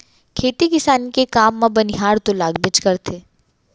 खेती किसानी के काम म बनिहार तो लागबेच करथे